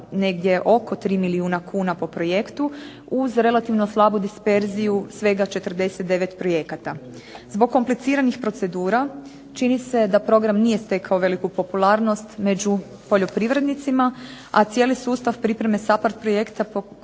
negdje je oko 3 milijuna kuna po projektu uz relativno slabu disperziju svega 49 projekata. Zbog kompliciranih procedura čini se da program nije stekao veliku popularnost među poljoprivrednicima, a cijeli sustav pripreme SAPARD projekta